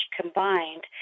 combined